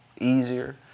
Easier